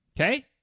Okay